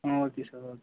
ah okay sir okay sir